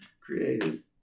created